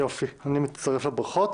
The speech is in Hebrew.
אני מצטרף לברכות.